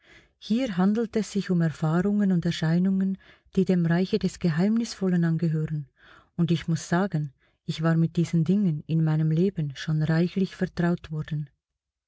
hier handelt es sich um erfahrungen und erscheinungen die dem reiche des geheimnisvollen angehören und ich muß sagen ich war mit diesen dingen in meinem leben schon reichlich vertraut worden